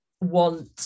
want